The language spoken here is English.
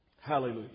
Hallelujah